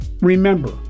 Remember